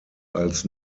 als